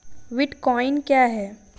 Bitcoin क्या है?